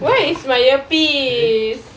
where is my earpiece